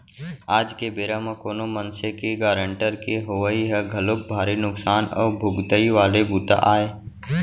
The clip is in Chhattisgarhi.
आज के बेरा म कोनो मनसे के गारंटर के होवई ह घलोक भारी नुकसान अउ भुगतई वाले बूता आय